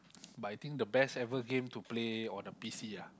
but I think the best ever game to play on a P_C ah